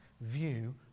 view